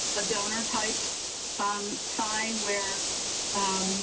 a donor type um sign, where